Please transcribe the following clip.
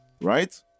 Right